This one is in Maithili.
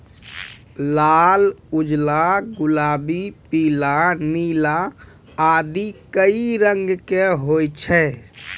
लाल, उजला, गुलाबी, पीला, नारंगी आदि कई रंग के होय छै